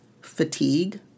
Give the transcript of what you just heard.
fatigue